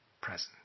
presence